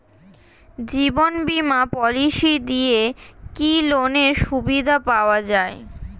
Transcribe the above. জীবন বীমা পলিসি দিয়ে কি লোনের সুবিধা পাওয়া যায়?